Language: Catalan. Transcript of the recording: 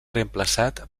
reemplaçat